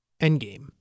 endgame